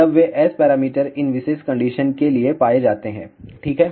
तब वे S parameter इन विशेष कंडीशन के लिए पाए जाते हैं ठीक है